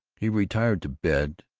he retired to bed,